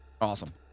Awesome